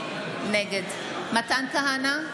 נגד מתן כהנא,